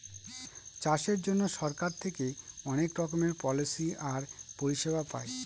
চাষের জন্য সরকার থেকে অনেক রকমের পলিসি আর পরিষেবা পায়